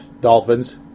Dolphins